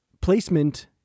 placement